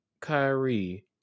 Kyrie